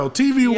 tv